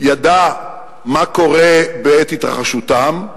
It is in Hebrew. ידע מה קורה בעת התרחשותם,